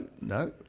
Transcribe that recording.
no